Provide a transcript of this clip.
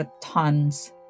tons